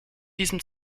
diesem